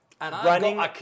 running